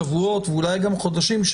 שבועות ואולי גם חודשים,